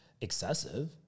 excessive